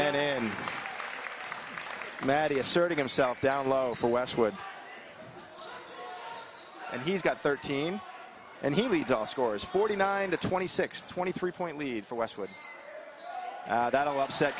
in matty asserting himself down low for westwood and he's got thirteen and he beats all scores forty nine to twenty six twenty three point lead for westwood